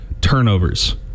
Turnovers